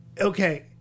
Okay